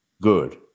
Good